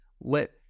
Let